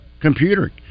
computer